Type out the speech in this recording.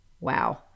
Wow